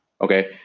Okay